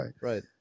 right